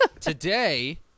Today